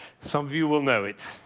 some of you will know it.